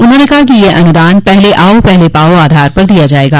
उन्होंने कहा कि यह अनुदान पहले आओ पहले पाओ के आधार पर दिया जायेगा